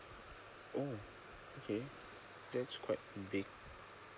oh okay that's quite big